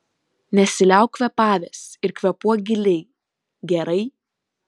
nesiliauk kvėpavęs ir kvėpuok giliai gerai